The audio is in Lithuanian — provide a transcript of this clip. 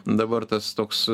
dabar tas toks